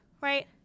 right